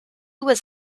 was